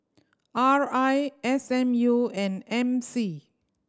R I S M U and M C